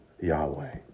Yahweh